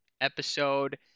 episode